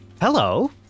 Hello